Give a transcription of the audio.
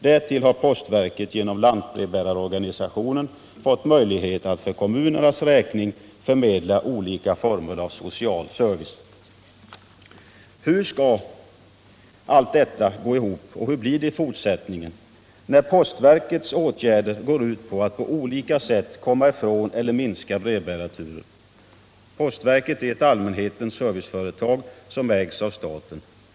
Därtill har postverket genom lantbrevbäringsorganisationen fått möjlighet att för kommunernas räkning förmedla olika former av social service.” Hur skall allt detta gå ihop, och hur blir det i fortsättningen, när postverkets åtgärder siktar till att på olika sätt komma ifrån eller minska brevbärarturer? Postverket är ett allmänhetens serviceföretag som ägs av staten.